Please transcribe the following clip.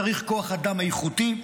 צריך כוח אדם איכותי,